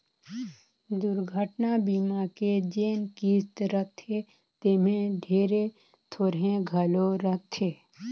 दुरघटना बीमा के जेन किस्त रथे तेम्हे ढेरे थोरहें घलो रहथे